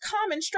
common